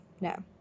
No